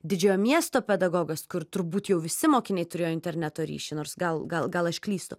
didžiojo miesto pedagogas kur turbūt jau visi mokiniai turėjo interneto ryšį nors gal gal gal aš klystu